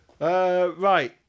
Right